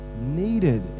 needed